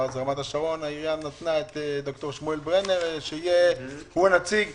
ואז עיריית רמת השרון צירפה את ד"ר שמואל ברנר שיהיה הנציג שלה.